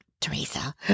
Teresa